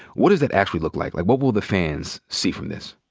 what does that actually look like? like, what will the fans see from this?